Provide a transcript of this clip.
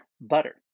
Butter